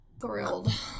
thrilled